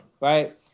right